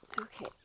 Okay